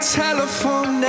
telephone